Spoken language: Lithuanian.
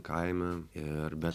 kaime ir bet